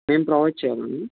మేము ప్రొవైడ్ చేయాలా అండి